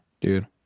Dude